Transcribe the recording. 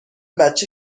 بچه